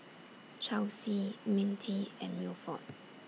Chelsy Mintie and Milford